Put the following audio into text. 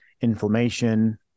inflammation